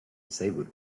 disabled